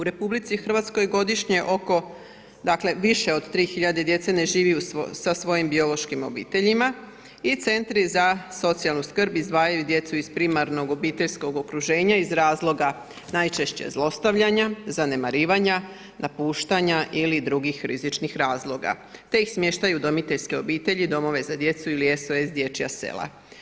U Republici Hrvatskoj godišnje oko dakle više od 3 hiljade djece ne živi sa svojim biološkim obiteljima i centri za socijalnu skrb izdvajaju djecu iz primarnog obiteljskog okruženja iz razloga najčešće zlostavljanja, zanemarivanja, napuštanja ili drugih rizičnih razloga te ih smještaju u udomiteljske obitelji, domove za djecu ili SOS dječja sela.